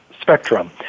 spectrum